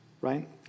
right